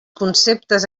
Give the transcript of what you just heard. conceptes